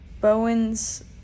Bowen's